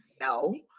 No